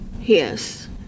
Yes